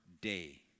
day